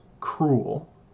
cruel